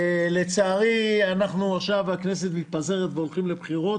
לצערי עכשיו הכנסת מתפזרת והולכים לבחירות